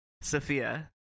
Sophia